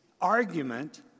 argument